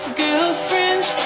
girlfriend's